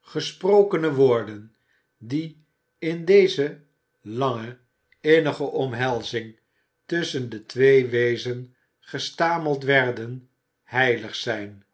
gesprokene woorden die in deze lange innige omhelzing tusschen de twee weezen gestameld werden heijg zijn